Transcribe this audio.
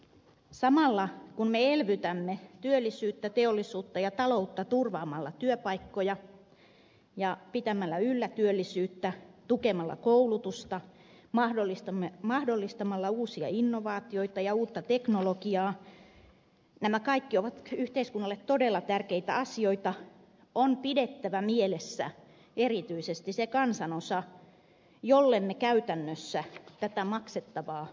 samalla kun me elvytämme työllisyyttä teollisuutta ja taloutta turvaamalla työpaikkoja ja pitämällä yllä työllisyyttä tukemalla koulutusta mahdollistamalla uusia innovaatioita ja uutta teknologiaa nämä kaikki ovat yhteiskunnalle todella tärkeitä asioita on pidettävä mielessä erityisesti se kansanosa jolle me käytännössä tätä maksettavaa laskua kasaamme